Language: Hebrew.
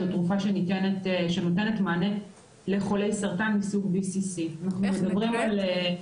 זו תרופה שנותנת מענה לחולי סרטן מסוג BCC --- איך נקראת?